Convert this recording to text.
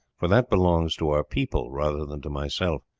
for that belongs to our people rather than to myself,